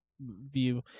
view